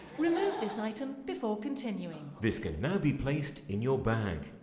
remove this item before continuing. this can now be placed in your bag.